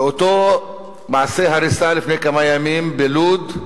באותו מעשה הריסה לפני כמה ימים בלוד,